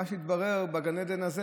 ומה שהתברר בגן עדן הזה